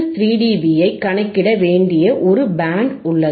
3 dB ஐ கணக்கிட வேண்டிய ஒரு பேண்ட் உள்ளது